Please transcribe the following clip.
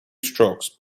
strokes